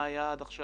מה היה עד עכשיו,